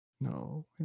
No